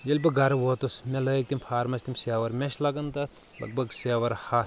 ییٚلہِ بہٕ گرٕ ووتُس مےٚ لٲگۍ تِم فارمس تِم سیور مےٚ چھِ لگان تتھ لگ بگ سیور ہتھ